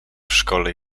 szkole